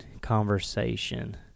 conversation